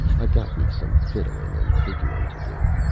i've got me some fiddlin' and figurin' to do.